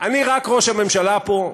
אני רק ראש הממשלה פה,